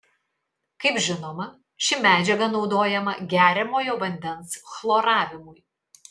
kaip žinoma ši medžiaga naudojama geriamojo vandens chloravimui